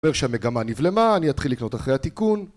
אומר שהמגמה נבלמה, אני אתחיל לקנות אחרי התיקון